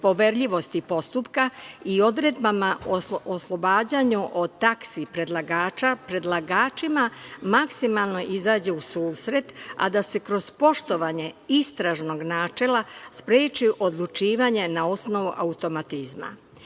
poverljivosti postupka i odredbama o oslobađanju od taksi predlagača, predlagačima maksimalno izađe u susret, a da se kroz poštovanje istražnog načela spreči odlučivanje na osnovu automatizma. Mislim